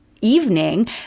evening